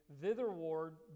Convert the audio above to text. thitherward